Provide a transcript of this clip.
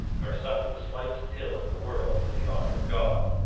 nor suffer the slightest ill in the world for the honour of god,